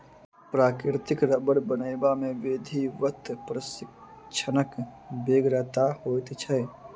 प्राकृतिक रबर बनयबा मे विधिवत प्रशिक्षणक बेगरता होइत छै